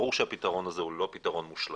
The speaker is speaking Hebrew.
ברור שהפתרון הזה הוא לא פתרון מושלם,